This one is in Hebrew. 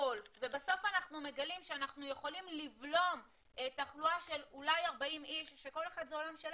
צריך לומר שאני חושב שהפשרה